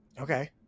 Okay